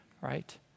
Right